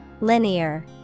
Linear